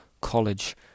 college